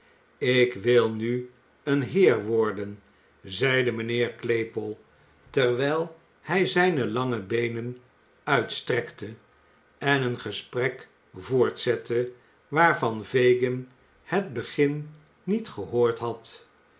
ik wil nu een heer worden zeide mijnheer claypole terwijl hij zijne lange beenen uitstrekte en een gesprek voortzette waarvan fagin het begin niet gehoord had